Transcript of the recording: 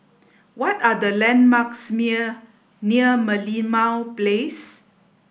what are the landmarks near Merlimau Place